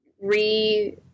re